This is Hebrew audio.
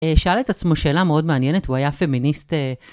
שאל את עצמו שאלה מאוד מעניינת, הוא היה פמיניסט...